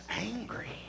angry